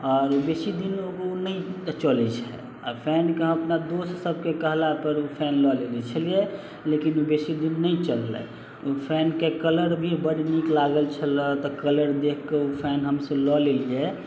आओर बेसी दिन उ नहि चलै छै आओर फैनके अपना दोस्त सबके कहलापर उ फैन लऽ लेने छलियै लेकिन उ बेसी दिन नहि चललै उ फैनके कलर भी बड़ नीक लागल छलै तऽ कलर देखि कऽ फैन हमसब लअ लेलियै